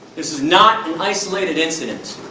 is not an isolated incident!